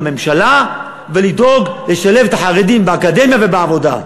לממשלה ולדאוג לשלב את החרדים באקדמיה ובעבודה.